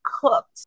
cooked